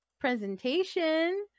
presentation